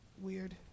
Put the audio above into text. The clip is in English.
weird